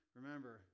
remember